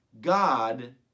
God